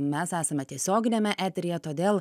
mes esame tiesioginiame eteryje todėl